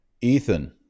Ethan